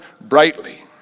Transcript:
brightly